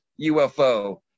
UFO